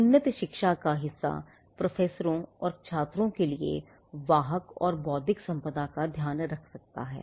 उन्नत शिक्षा का हिस्सा प्रोफेसरों और छात्रों के लिए वाहक और बौद्धिक संपदा का ध्यान रख सकता है